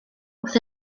wrth